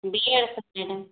डेढ़ तक मैडम